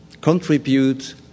contribute